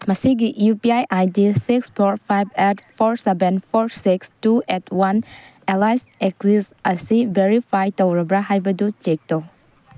ꯃꯁꯤꯒꯤ U P I I D six four five eight four seven four six two eight one ꯑꯦꯂꯥꯏꯁ axis ꯑꯁꯤ ꯕꯦꯔꯤꯐꯥꯏꯗ ꯇꯧꯔꯕ꯭ꯔꯥ ꯍꯥꯏꯕꯗꯨ ꯆꯦꯛ ꯇꯧ